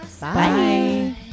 Bye